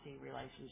relationship